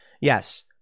Yes